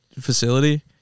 facility